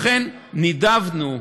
לכן נידבנו,